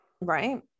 Right